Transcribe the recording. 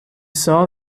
saw